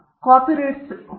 speaker 1 ಹೌದು ಆಭರಣ